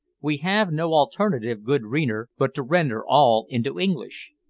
we have no alternative, good reader, but to render all into english.